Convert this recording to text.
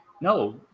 No